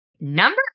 Number